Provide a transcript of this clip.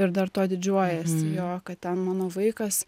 ir dar tuo didžiuojasi jo kad ten mano vaikas